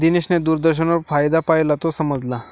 दिनेशने दूरदर्शनवर फायदा पाहिला, तो समजला